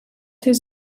his